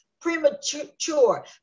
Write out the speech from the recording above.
premature